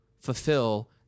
fulfill